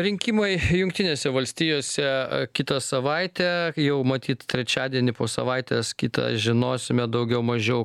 rinkimai jungtinėse valstijose kitą savaitę jau matyt trečiadienį po savaitės kitą žinosime daugiau mažiau